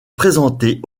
présentées